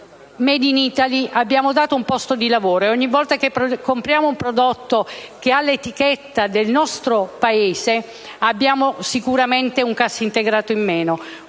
*made in Italy* diamo un posto di lavoro e ogni volta che compriamo un prodotto che ha l'etichetta del nostro Paese abbiamo sicuramente un cassintegrato in meno.